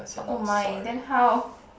!oh my! then how